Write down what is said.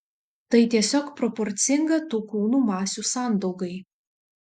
tai tiesiog proporcinga tų kūnų masių sandaugai